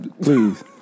please